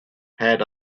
had